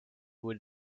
would